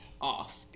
off